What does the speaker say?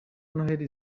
noheli